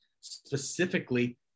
specifically